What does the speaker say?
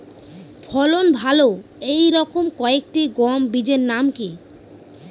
ফলন ভালো এই রকম কয়েকটি গম বীজের নাম কি?